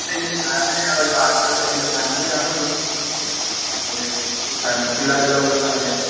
ഇതെങ്ങനെ ഫാമിലി ആണോ ഇനി ബാച്ചിലർസ് എങ്ങനെ ഫാമിലി ആണോ അല്ലെങ്കില് ഫാമിലിയാണ് ഫുൾ ഫാമിലി പിള്ളേരെല്ലാമുള്ള ഫാമിലിയാണ്